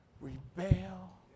rebel